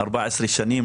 14 שנים.